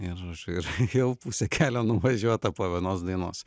ir ir vėl pusę kelio nuvažiuota po vienos dainos